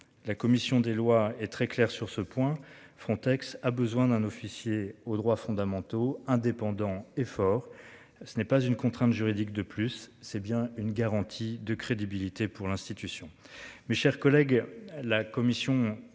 La commission des lois est très claire sur ce point. Frontex a besoin d'un officier aux droits fondamentaux indépendant et fort. Ce n'est pas une contrainte juridique. De plus, c'est bien une garantie de crédibilité pour l'institution. Mes chers collègues, la Commission